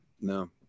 No